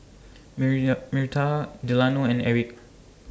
Myrta Delano and Erik